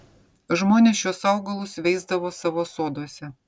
žmonės šiuos augalus veisdavo savo soduose